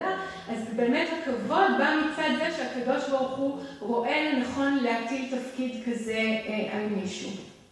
אז באמת הכבוד בא מצד זה שהקב"ה רואה לנכון להטיל תפקיד כזה על מישהו.